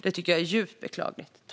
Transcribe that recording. Det tycker jag är djupt beklagligt.